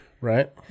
Right